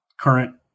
current